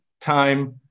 time